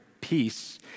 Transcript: Peace